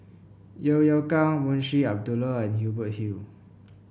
Yeo Yeow Kwang Munshi Abdullah and Hubert Hill